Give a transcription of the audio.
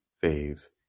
phase